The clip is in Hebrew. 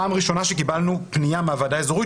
זאת הייתה הפעם הראשונה שקיבלנו פנייה מהוועדה האזורית